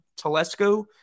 Telesco